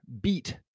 beat